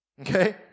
Okay